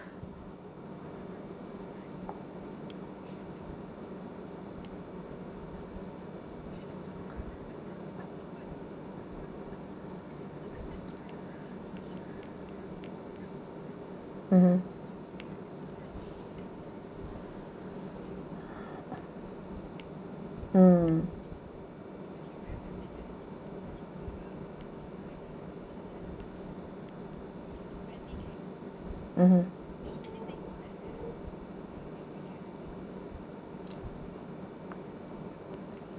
mmhmm mm mmhmm